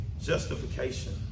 justification